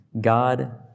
God